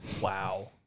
Wow